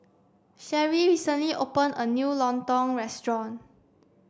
Sherrie recently open a new Lontong restaurant